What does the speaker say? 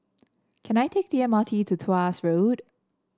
can I take the M R T to Tuas Road